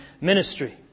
ministry